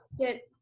get